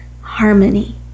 harmony